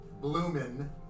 bloomin